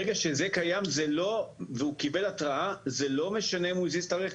ברגע שזה קיים והוא קיבל התראה אז לא משנה אם הוא הזיז את הרכב.